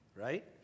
right